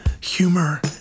humor